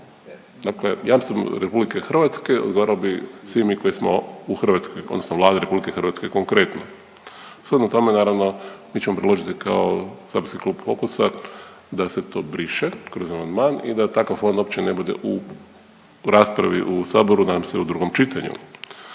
Dakle, jamstvom RH odgovarali bi svi mi koji smo u Hrvatskoj odnosno Vlada RH konkretno. Shodno tome naravno mi ćemo predložiti kao saborski Klub Fokusa da se to briše kroz amandman i da takav fond uopće ne bude u raspravi u saboru nadam se u drugom čitanju.